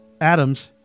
Adams